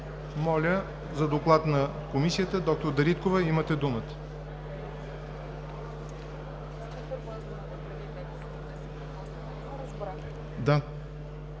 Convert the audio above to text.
Моля за доклад на Комисията – д-р Дариткова, имате думата.